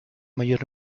mayor